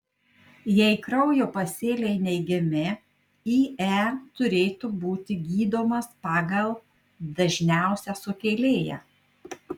jei kraujo pasėliai neigiami ie turėtų būti gydomas pagal dažniausią sukėlėją